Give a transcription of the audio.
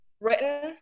written